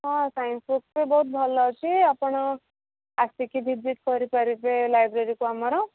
ହଁ science book ତ ବହୁତ ଭଲ ଅଛି ଆପଣ ଆସିକି ଭିଜିଟ୍ କରିପାରିବେ ଲାଇବ୍ରେରୀକୁ ଆମର